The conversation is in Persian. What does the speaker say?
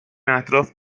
اطراف